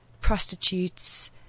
prostitutes